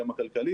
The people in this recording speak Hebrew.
גם הכלכלי,